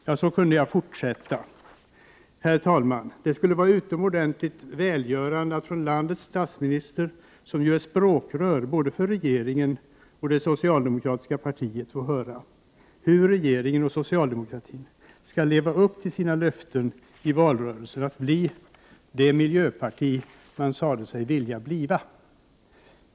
Ja, listan skulle kunna bli lång. Herr talman! Det skulle vara utomordentligt välgörande att från landets statsminister — som ju är språkrör för både regeringen och det socialdemokratiska partiet — få höra hur regeringen och socialdemokratin skall leva upp till sina löften från valrörelsen om att det socialdemokratiska partiet skall bli det miljöparti som man sade sig vilja bliva.